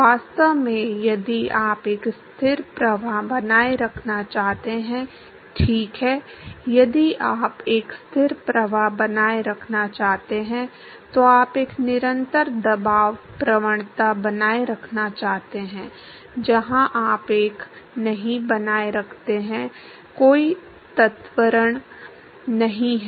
वास्तव में यदि आप एक स्थिर प्रवाह बनाए रखना चाहते हैं ठीक है यदि आप एक स्थिर प्रवाह बनाए रखना चाहते हैं तो आप एक निरंतर दबाव प्रवणता बनाए रखना चाहते हैं जहां आप एक नहीं बनाए रखते हैं कोई त्वरण नहीं है